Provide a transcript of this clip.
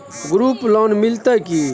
Group loan मिलतै की?